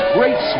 Great